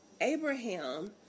Abraham